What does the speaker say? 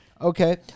okay